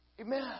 Amen